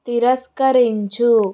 తిరస్కరించు